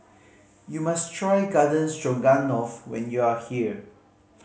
you must try Garden Stroganoff when you are here